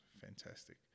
fantastic